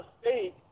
State